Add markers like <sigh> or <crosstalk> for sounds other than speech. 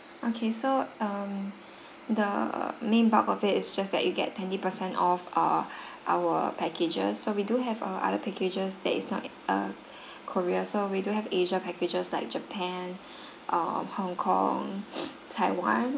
okay so um the main bulk of it is just that you get twenty percent off err our packages so we do have uh other packages that is not err korea so we do have asia packages like japan err hong kong <noise> taiwan